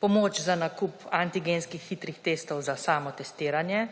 pomoč za nakup antigenskih hitrih testov za samotestiranje,